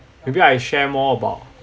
maybe I share more about